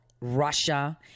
russia